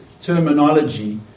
terminology